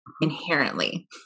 inherently